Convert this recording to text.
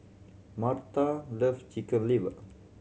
Myrta love Chicken Liver